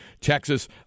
Texas